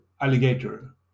alligator